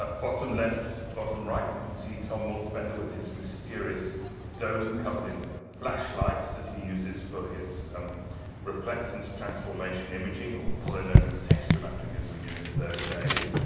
but bottom left, bottom right, you can see tom malzbender with his mysterious dome covered in flashlights that he uses for his um reluctance transformation imaging. or polynomial texture mapping, as we knew it in those days.